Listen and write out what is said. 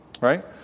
right